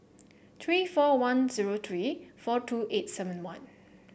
three four one zero three four two eight seven one